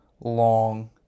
long